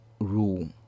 rule